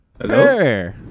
hello